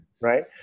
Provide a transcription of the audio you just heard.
right